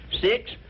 Six